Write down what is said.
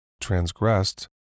transgressed